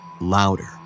louder